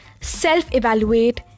self-evaluate